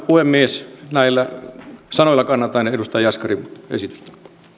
puhemies näillä sanoilla kannatan edustaja jaskarin esitystä